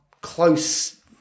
close